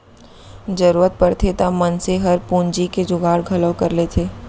जरूरत परथे त मनसे हर पूंजी के जुगाड़ घलौ कर लेथे